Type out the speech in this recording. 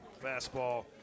Fastball